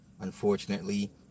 unfortunately